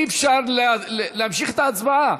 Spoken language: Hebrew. אי-אפשר להמשיך את ההצבעה.